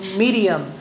medium